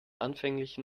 anfänglichen